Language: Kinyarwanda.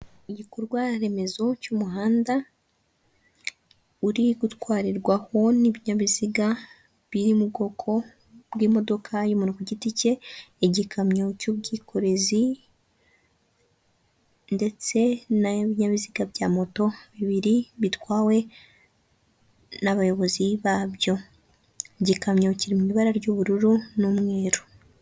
Igikorwaremezo cy'umuhanda uri gutwarirwaho n'ibinyabiziga biri mu bwoko bw'imodoka y'umuntu ku giti cye, igikamyo cy'ubwikorezi ndetse n'ayibinyabiziga bya moto bibiri bitwawe n'abayobozi babyo, igikamyo kiri mu ibara ry'ubururu n'umweru.